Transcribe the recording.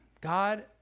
God